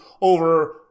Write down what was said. over